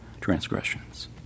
transgressions